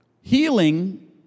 Healing